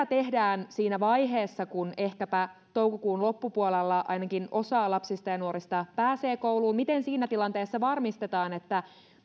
tehdään siinä vaiheessa kun ehkäpä toukokuun loppupuolella ainakin osa lapsista ja nuorista pääsee kouluun miten siinä tilanteessa varmistetaan että